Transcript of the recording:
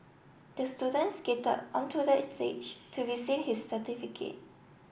the students skated onto the stage to receive his certificate